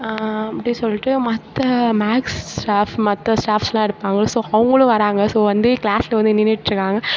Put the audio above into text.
அப்படி சொல்லிட்டு மற்ற மேக்ஸ் ஸ்டாஃப் மற்ற ஸ்டாஃஸ்யெலாம் இருப்பாங்கள்ல ஸோ அவங்குளும் வராங்க ஸோ வந்து கிளாஸ்சில் வந்து நின்றிட்டுருக்காங்க